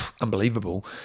unbelievable